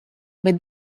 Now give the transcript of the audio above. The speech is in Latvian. bet